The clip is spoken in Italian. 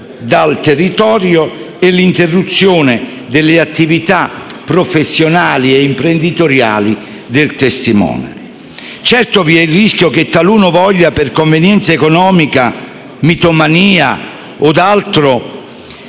dal territorio e l'interruzione delle attività professionali e imprenditoriali del testimone. Certo, vi è il rischio che taluno, per convenienza economica, mitomania o altro